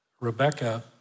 Rebecca